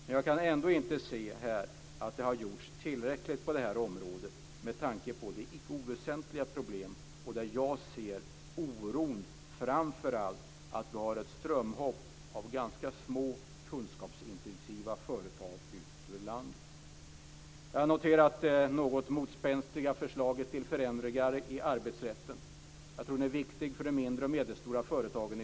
Men jag kan ändå inte se att det har gjorts tillräckligt på det här området med tanke på det icke oväsentliga problem som vi ser när det gäller oron för framför allt strömhopp av ganska små kunskapsintensiva företag ut ur landet. Jag har noterat det något motspänstiga förslaget till förändringar i arbetsrätten. Jag tror att det är viktigt i synnerhet för de mindre och medelstora företagen.